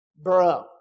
bro